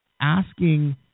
asking